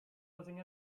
closing